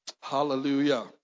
Hallelujah